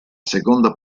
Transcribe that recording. seconda